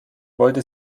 wollte